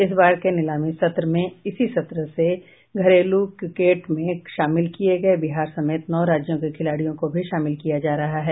इस बार के नीलामी सत्र में इसी सत्र से घरेलू क्रिकेट में शामिल किये गये बिहार समेत नौ राज्यों के खिलाड़ियों को भी शामिल किया जा रहा है